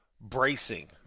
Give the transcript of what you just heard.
bracing